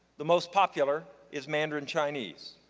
the most popular is mandarin chinese.